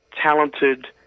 Talented